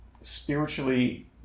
spiritually